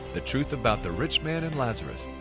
the truth about the rich man and lazarus,